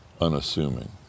unassuming